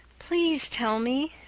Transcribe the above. please tell me.